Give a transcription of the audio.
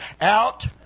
out